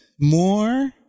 more